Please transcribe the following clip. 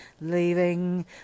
leaving